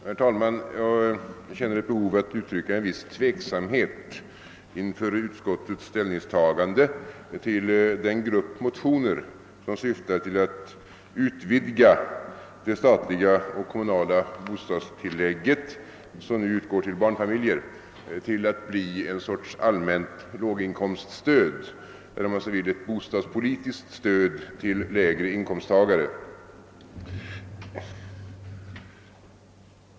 Herr talman! Jag känner ett behov av att uttrycka en viss tveksamhet inför utskottets ställningstagande till den grupp motioner, som syftar till att utvidga det statliga och kommunala bostadstillägg som nu utgår till barnfamiljer, till att bli en sorts allmänt låginkomststöd eller — om man så vill — ett bostadspolitiskt stöd till lägre inkomsttagare.